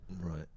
Right